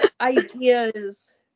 ideas